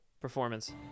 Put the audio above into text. performance